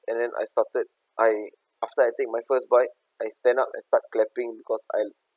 and then I started I after I take my first bite I stand up and start clapping because I